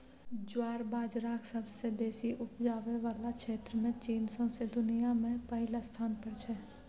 ज्वार बजराक सबसँ बेसी उपजाबै बला क्षेत्रमे चीन सौंसे दुनियाँ मे पहिल स्थान पर छै